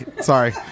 Sorry